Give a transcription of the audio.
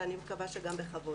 ואני מקווה שגם בכבוד.